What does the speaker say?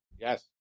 Yes